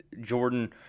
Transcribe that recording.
Jordan